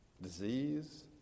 disease